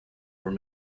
were